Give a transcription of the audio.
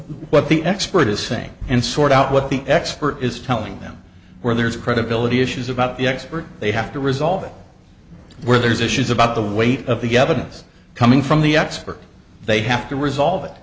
the expert is saying and sort out what the expert is telling them where there is credibility issues about the expert they have to resolve it where there's issues about the weight of the evidence coming from the expert they have to resolve